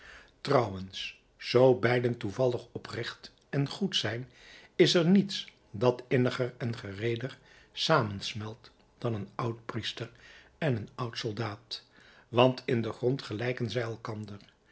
trouwens zoo beiden toevallig oprecht en goed zijn is er niets dat inniger en gereeder samensmelt dan een oud priester en een oud soldaat want in den grond gelijken zij elkander